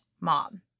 mom